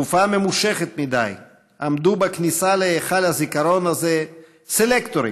תקופה ממושכת מדי עמדו בכניסה להיכל הזיכרון הזה סלקטורים